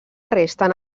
resten